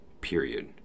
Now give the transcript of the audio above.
Period